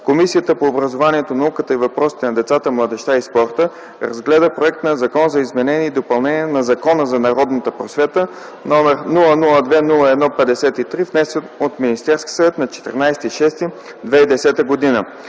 Комисията по образованието, науката и въпросите на децата, младежта и спорта разгледа проект на Закон за изменение и допълнение на Закона за народната просвета, № 002-01-53, внесен от Министерския съвет на 14 юни 2010 г.